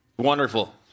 Wonderful